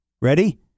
Ready